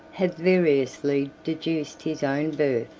have variously deduced his own birth,